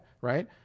right